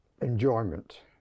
enjoyment